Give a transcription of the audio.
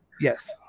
Yes